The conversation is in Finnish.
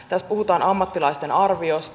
tässä puhutaan ammattilaisten arviosta